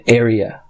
area